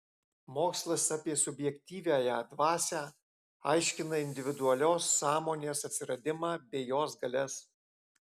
mokslas apie subjektyviąją dvasią aiškina individualios sąmonės atsiradimą bei jos galias